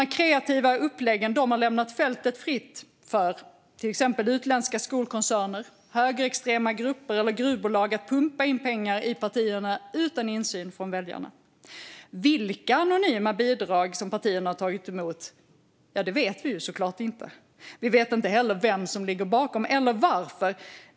Deras kreativa upplägg har lämnat fältet fritt för till exempel utländska skolkoncerner, högerextrema grupper eller gruvbolag att pumpa in pengar i partierna utan insyn från väljarna. Vilka anonyma bidrag som partierna har tagit emot vet vi såklart inte. Vi vet inte heller vem som ligger bakom eller varför.